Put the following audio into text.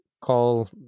call